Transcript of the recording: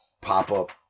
pop-up